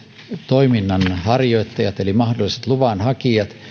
toiminnanharjoittajat eli mahdolliset luvanhakijat